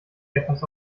etwas